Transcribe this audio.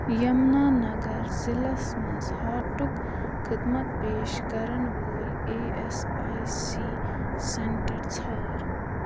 یَمنا نَگر ضلعس مَنٛز ہارٹُک خٔدمت پیش کَرن وٲلۍ A S I C centre ژھار